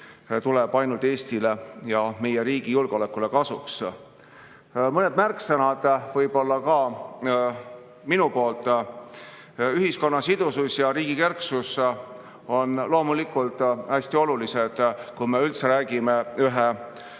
tuleb Eestile ja meie riigi julgeolekule ainult kasuks. Mõned märksõnad ka minu poolt. Ühiskonna sidusus ja riigi kerksus on loomulikult hästi olulised, kui me üldse räägime